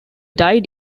died